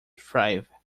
thrive